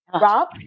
Rob